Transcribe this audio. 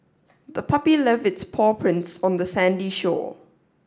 the puppy left its paw prints on the sandy shore